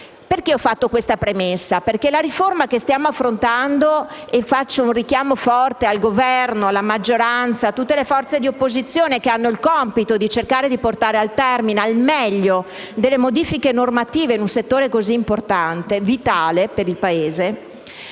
Perché ho fatto questa premessa? Vorrei rivolgere un richiamo forte al Governo, alla maggioranza e a tutte le forze di opposizione, che hanno il compito di cercare di portare a termine al meglio delle modifiche normative in un settore così importante e vitale per il Paese.